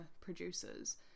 producers